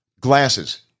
glasses